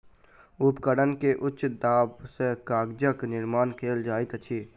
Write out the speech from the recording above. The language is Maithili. उपकरण के उच्च दाब सॅ कागजक निर्माण कयल जाइत अछि